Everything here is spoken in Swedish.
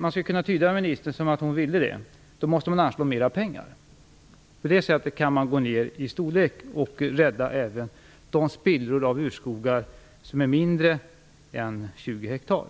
Ministerns svar skulle kunna tyda på att hon vill göra något åt detta. Då måste man anslå mera pengar. På det sättet kan man gå ner i storlek och även rädda de spillror av urskog som är mindre än 20 hektar.